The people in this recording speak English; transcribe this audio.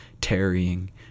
tarrying